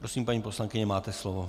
Prosím, paní poslankyně, máte slovo.